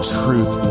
truth